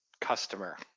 customer